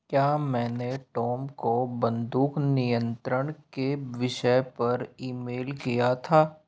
क्या मैंने टॉम को बन्दूक नियंत्रण के विषय पर ईमेल किया था